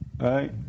Right